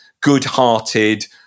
good-hearted